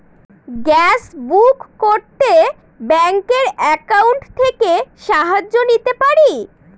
Gas book করতে ব্যাংকের account থেকে সাহায্য নিতে পারি?